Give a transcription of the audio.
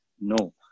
no